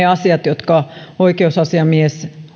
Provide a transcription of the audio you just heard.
asiat jotka oikeusasiamies